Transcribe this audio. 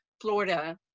Florida